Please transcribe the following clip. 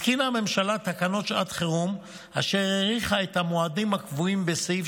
התקינה הממשלה תקנות לשעת חירום אשר האריכו את המועדים הקבועים בסעיף